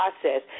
process